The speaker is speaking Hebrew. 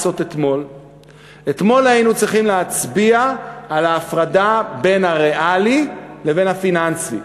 ואתמול היינו צריכים להצביע על ההפרדה בין הריאלי לפיננסי,